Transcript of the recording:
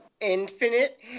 infinite